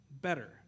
better